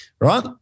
Right